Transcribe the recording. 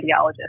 radiologist